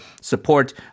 support